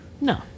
No